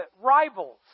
rivals